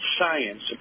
science